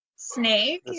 snake